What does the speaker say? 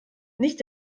nicht